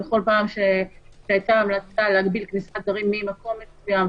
כל פעם שהיתה המלצה להגביל כניסה ממקום מסוים,